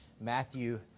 Matthew